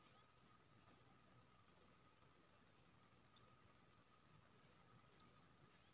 मुद्रा योजनामे करजा लेबा लेल बैंक लग कोनो चीजकेँ बन्हकी नहि राखय परय छै